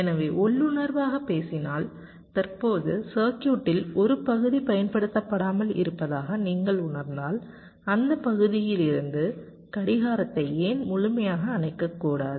எனவே உள்ளுணர்வாகப் பேசினால் தற்போது சர்க்யூட்டில் ஒரு பகுதி பயன்படுத்தப்படாமல் இருப்பதாக நீங்கள் உணர்ந்தால் அந்த பகுதியிலிருந்து கடிகாரத்தை ஏன் முழுமையாக அணைக்கக்கூடாது